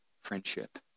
friendship